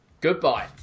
goodbye